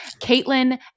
Caitlin